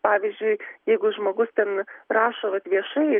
pavyzdžiui jeigu žmogus ten rašo vat viešai